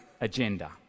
agenda